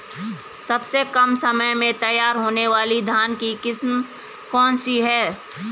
सबसे कम समय में तैयार होने वाली धान की किस्म कौन सी है?